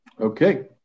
okay